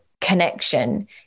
connection